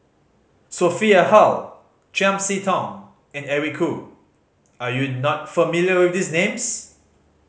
Sophia Hull Chiam See Tong and Eric Khoo are you not familiar with these names